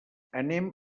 anem